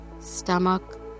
stomach